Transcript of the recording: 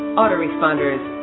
autoresponders